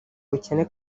bukene